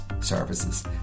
Services